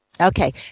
Okay